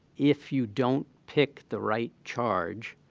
if you don't pick the right charge,